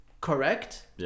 Correct